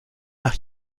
nach